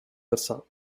versa